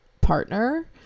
partner